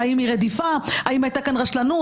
האם היא רדיפה; האם הייתה כאן רשלנות?